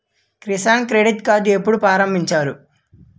Kisan credit card ఎప్పుడు ప్రారంభించారు?